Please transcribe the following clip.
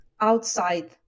outside